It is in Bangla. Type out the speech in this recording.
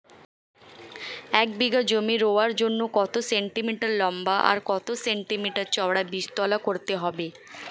এক বিঘা জমি রোয়ার জন্য কত সেন্টিমিটার লম্বা আর কত সেন্টিমিটার চওড়া বীজতলা করতে হবে?